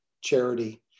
charity